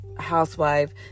housewife